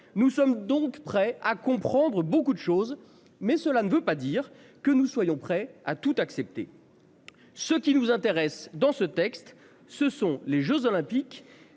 Nous sommes donc prêts à comprendre beaucoup de choses mais cela ne veut pas dire que nous soyons prêts à tout accepter. Ce qui nous intéresse dans ce texte, ce sont les Jeux olympiques